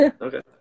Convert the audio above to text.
Okay